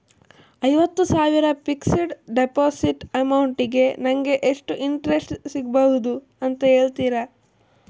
ಐವತ್ತು ಸಾವಿರ fixed deposit amount ಗೆ ನಂಗೆ ಎಷ್ಟು ಇಂಟ್ರೆಸ್ಟ್ ಸಿಗ್ಬಹುದು ಅಂತ ಹೇಳ್ತೀರಾ?